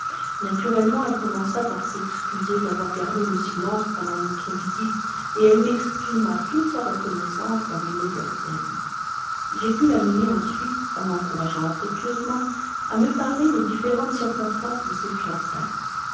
naturellement elle commença par s'excuser d'avoir gardé le silence pendant notre visite et elle m'exprima toute sa reconnaissance dans les meilleurs termes j'ai pu l'amener ensuite en l'encourageant affectueusement à me parler des différentes circonstances de ses fiançailles